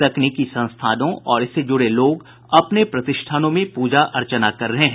तकनीकी संस्थानों और इससे जुड़े लोग अपने प्रतिष्ठानों में पूजा अर्चना कर रहे हैं